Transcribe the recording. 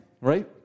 Right